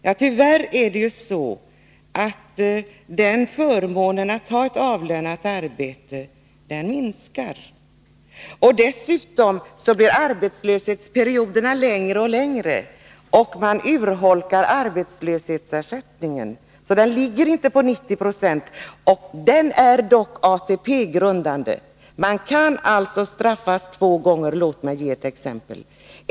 Ja, tyvärr minskar ju förmånen av att ha ett avlönat arbete. Dessutom blir arbetslöshetsperioderna längre och längre och arbetslöshetsersättningen urholkas, så att den inte ligger på 90926. Den är dock ATP-grundande. Man kan alltså straffas två gånger genom denna utveckling. Låt mig ge ett exempel.